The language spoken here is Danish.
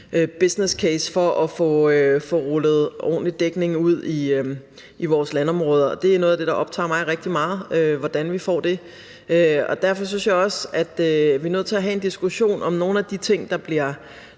businesscase at få rullet ordentlig dækning ud i vores landområder, og det er noget af det, der optager mig rigtig meget, altså hvordan vi får det. Derfor synes jeg også, vi er nødt til at have en diskussion om nogle af de ting, der bliver